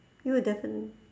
you will definitely